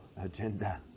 agenda